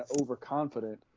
overconfident